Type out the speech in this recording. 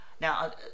Now